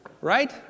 right